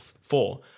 four